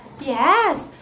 Yes